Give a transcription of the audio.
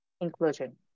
inclusion